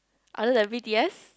other than b_t_s